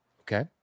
Okay